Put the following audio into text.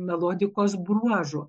melodikos bruožų